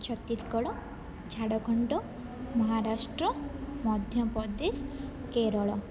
Chhattisgarh Jharkhand Maharashtra Madhya Pradesh Kerala